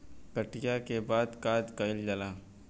कटिया के बाद का कइल जाला?